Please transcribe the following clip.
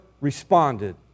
responded